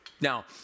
Now